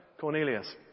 Cornelius